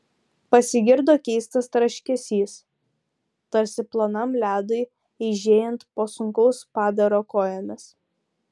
pasigirdo keistas traškesys tarsi plonam ledui eižėjant po sunkaus padaro kojomis